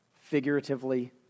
figuratively